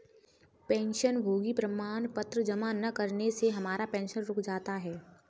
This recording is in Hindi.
पेंशनभोगी प्रमाण पत्र जमा न करने से हमारा पेंशन रुक जाता है